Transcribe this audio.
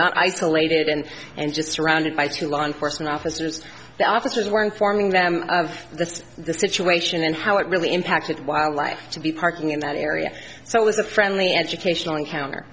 not isolated and and just surrounded by two law enforcement officers the officers were informing them of this the situation and how it really impacted wildlife to be parking in that area so it was a friendly educational encounter